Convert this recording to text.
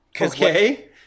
Okay